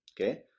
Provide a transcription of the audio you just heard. Okay